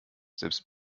selbst